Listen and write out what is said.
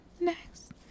Next